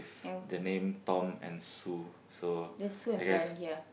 the name Tom and Sue so I guess